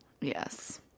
yes